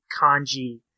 kanji